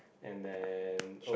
and then